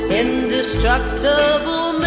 indestructible